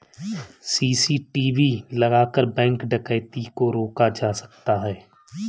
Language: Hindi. सी.सी.टी.वी लगाकर बैंक डकैती को रोका जा सकता है